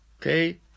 Okay